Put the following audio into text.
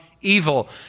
Evil